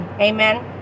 amen